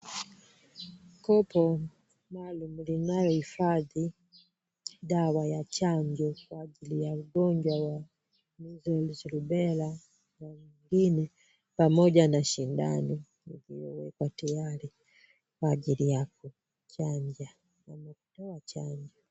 Kopo maalum linalohifadhi dawa ya chanjo kwa ajili ya ugonjwa wa measles, rubela na vingine pamoja na sindano, vikiwekwa tiyari kwa ajili ya kuchanja ama kutoa chanjo.